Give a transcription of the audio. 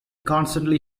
constantly